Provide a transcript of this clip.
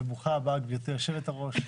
וברוכה הבאה גברתי יושבת-הראש,